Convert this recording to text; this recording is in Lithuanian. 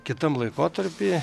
kitam laikotarpy